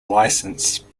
licensed